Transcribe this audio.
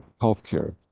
healthcare